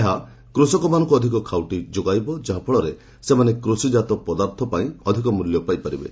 ଏହା କୃଷକମାନଙ୍କୁ ଅଧିକ ଖାଉଟି ଯୋଗାଇବ ଯାହାଫଳରେ ସେମାନେ କୃଷିଜାତ ପଦାର୍ଥ ପାଇଁ ଅଧିକ ମଲ୍ୟ ପାଇପାରିବେ